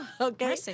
Okay